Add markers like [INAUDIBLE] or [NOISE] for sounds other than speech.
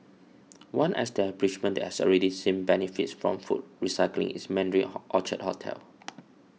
one establishment that has already seen benefits from food recycling is Mandarin [HESITATION] Orchard hotel